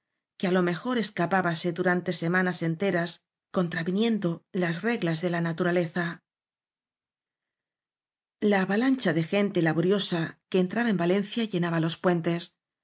que á lo mejor escapábase durante semanas enteras contraviniendo las reglas de la naturaleza la avalancha de gente laboriosa que entra ba en valencia llenaba los puentes